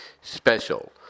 Special